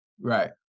Right